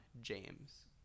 James